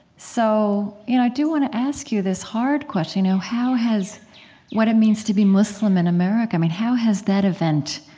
so i you know do want to ask you this hard question. you know how has what it means to be muslim in america, i mean, how has that event